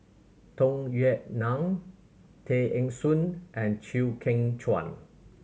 Tung Yue Nang Tay Eng Soon and Chew Kheng Chuan